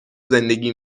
زندگی